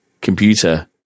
computer